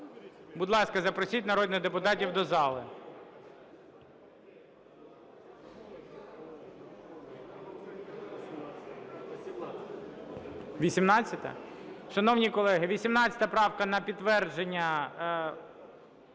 Будь ласка, запросіть народних депутатів до зали. 18-а? Шановні колеги, 18 правка на підтвердження,